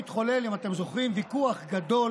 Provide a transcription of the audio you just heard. אם אתם זוכרים, התחולל ויכוח גדול